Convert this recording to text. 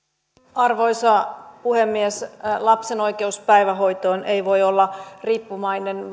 arvoisa puhemies lapsen oikeus päivähoitoon ei voi olla riippuvainen